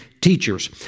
teachers